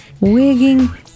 Wigging